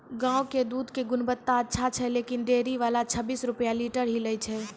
गांव के दूध के गुणवत्ता अच्छा छै लेकिन डेयरी वाला छब्बीस रुपिया लीटर ही लेय छै?